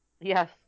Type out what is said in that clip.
Yes